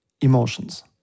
emotions